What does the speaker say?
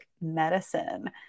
Medicine